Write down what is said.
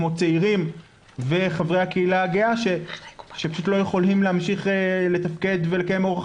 כמו צעירים וחברי הקהילה הגאה שפשוט לא יכולים להמשיך לתפקד ולקיים אורח